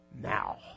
now